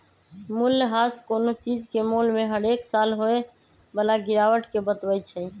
मूल्यह्रास कोनो चीज के मोल में हरेक साल होय बला गिरावट के बतबइ छइ